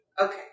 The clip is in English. Okay